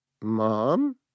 mom